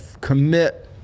commit